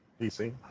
DC